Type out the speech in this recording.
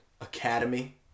Academy